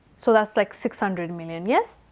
so that's like six hundred million, yes?